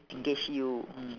engage you mm